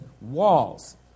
walls